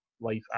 life